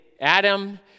adam